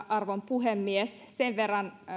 arvon puhemies sen verran